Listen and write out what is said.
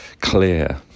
clear